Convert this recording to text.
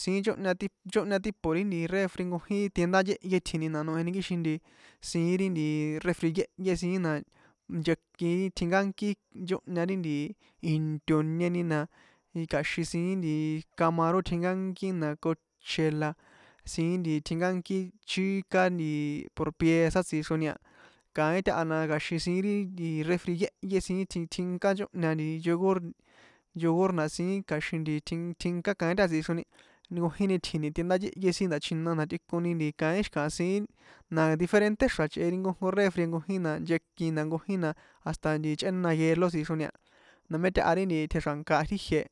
siín nchóhña ti nchóhña tipo ri refri tienda yéhye itji̱ni na noeheni kixin nti siín ri nti refri yéhyé siín na nchekin ri tjinkánki nchóhan ri nti intoñeni na kja̱xin siín camarón tjinkánki na koche la siín nti tjinkánki chika nti por piezas tsixroni a kaín tahana kja̱xin siín ri nti refri yéhyé siín tjinká nchóhña yugur na siín kja̱xin nti tjin tjinká kaín taha tsixroni nkojini tji̱ni tienda yéhyé siín nda̱chjina na tꞌikoni kían xi̱kaha siín na diferente xra̱ chꞌe ri nkojnko refri na nkojin na cnhekin na nkojin na hasta nti chꞌéna hielo tsixro a na mé taha ri nti tjexra̱nka a ri ijie.